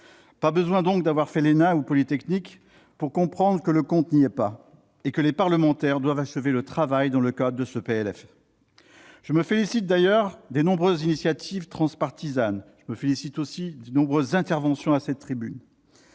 Pas besoin d'avoir fait l'ENA ou Polytechnique pour comprendre que le compte n'y est pas et que les parlementaires doivent achever le travail dans le cadre de ce projet de loi de finances. Je me félicite d'ailleurs des nombreuses initiatives transpartisanes, comme des interventions à cette tribune,